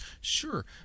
Sure